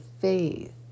faith